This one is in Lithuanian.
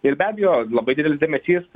ir be abejo labai didelis dėmesys